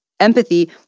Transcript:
Empathy